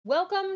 Welcome